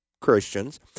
Christians